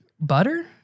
Butter